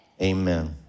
amen